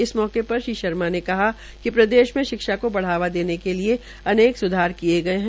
इस मौके पर श्री शर्मा ने कहा कि प्रदेश में शिक्षा को बढ़ावा देने के लिए अनेक स्धार किए गये हैं